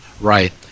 Right